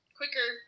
quicker